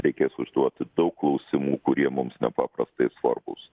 reikės užduoti daug klausimų kurie mums nepaprastai svarbūs